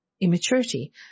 immaturity